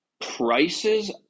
Prices